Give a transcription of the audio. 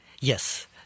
Yes